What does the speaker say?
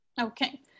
Okay